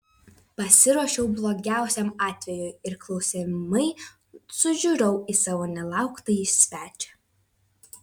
pasiruošiau blogiausiam atvejui ir klausiamai sužiurau į savo nelauktąjį svečią